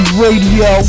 radio